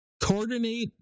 Coordinate